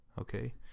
okay